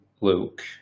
Luke